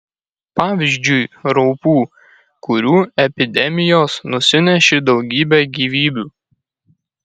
pavyzdžiui raupų kurių epidemijos nusinešė daugybę gyvybių